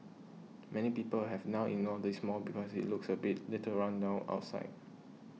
many people have now ignored this mall because it looks a little run down outside